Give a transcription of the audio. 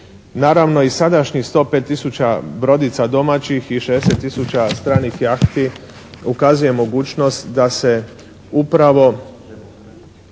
Naravno i sadašnjih 105 tisuća brodica domaćih i 60 tisuća stranih jahti ukazuje mogućnost da se upravo